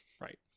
Right